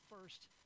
first